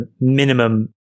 minimum